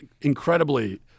incredibly